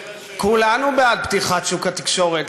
אולי תהיה שר התקשורת?